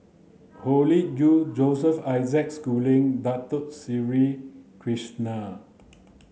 Hoey Choo Joseph Isaac Schooling Dato Sri Krishna